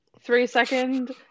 three-second